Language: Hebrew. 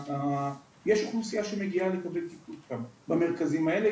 יש אוכלוסיה שמגיעה למרכזים האלה.